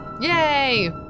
Yay